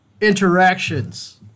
interactions